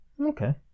Okay